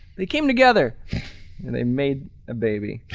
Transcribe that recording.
they came together and they made a baby.